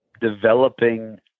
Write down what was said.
developing